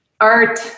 art